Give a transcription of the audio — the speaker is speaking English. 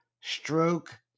stroke